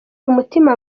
umutima